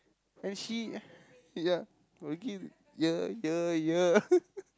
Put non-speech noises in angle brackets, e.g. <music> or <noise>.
and she ya will give hear hear hear <laughs>